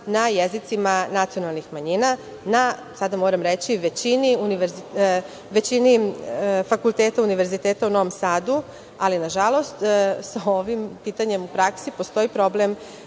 na jezicima nacionalnih manjina. Sada moram reći, na većini fakulteta, univerziteta u Novom Sadu, ali nažalost, sa ovim pitanjem u praksi postoji problem